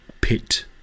pit